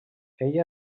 ella